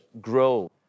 grow